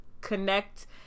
connect